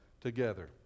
together